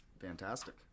Fantastic